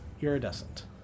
iridescent